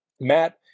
Matt